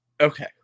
Okay